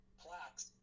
plaques